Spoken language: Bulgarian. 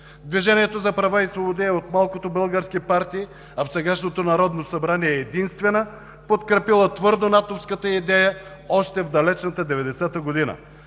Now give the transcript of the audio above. Движението за права и свободи е от малкото български партии, а в сегашното Народно събрание е единствена подкрепила твърдо натовската идея още в далечната 1990 г.